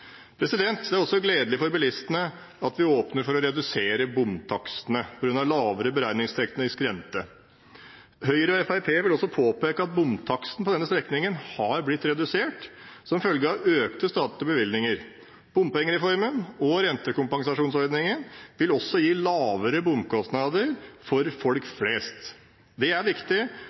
Det er også gledelig for bilistene at vi åpner for å redusere bompengetakstene på grunn av lavere beregningsteknisk rente. Høyre og Fremskrittspartiet vil også påpeke at bompengetaksten på denne strekningen har blitt redusert som følge av økte statlige bevilgninger. Bompengereformen og rentekompensasjonsordningen vil også gi lavere bompengekostnader for folk flest. Det er viktig